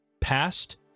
past